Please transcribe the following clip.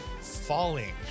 falling